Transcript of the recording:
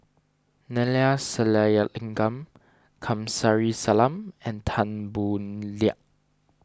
Neila Sathyalingam Kamsari Salam and Tan Boo Liat